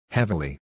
Heavily